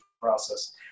process